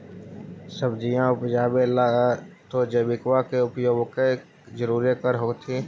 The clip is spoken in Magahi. सब्जिया उपजाबे ला तो जैबिकबा के उपयोग्बा तो जरुरे कर होथिं?